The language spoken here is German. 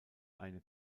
eine